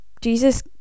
Jesus